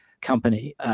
company